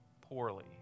poorly